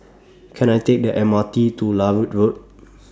Can I Take The M R T to Larut Road